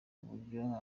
nk’uburyo